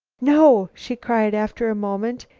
no, she cried, after a moment,